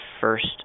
first